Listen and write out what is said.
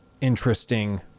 interesting